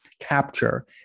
capture